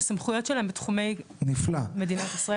הסמכויות שלה הם בתחומי מדינת ישראל.